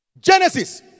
Genesis